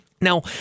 Now